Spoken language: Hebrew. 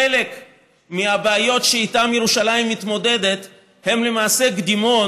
חלק מהבעיות שאיתן ירושלים מתמודדת הן למעשה קדימון